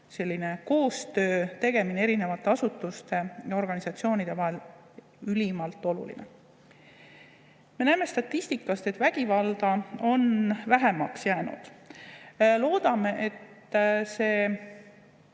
selline koostöö tegemine erinevate asutuste ja organisatsioonide vahel ülimalt oluline.Me näeme statistikast, et vägivalda on vähemaks jäänud. Loodame, et see